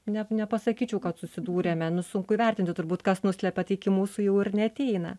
ne nepasakyčiau kad susidūrėme nu sunku įvertinti turbūt kas nuslepia tai iki mūsų jau ir neateina